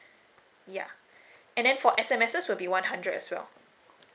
ya and then for S_M_Ses will be one hundred as well